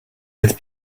with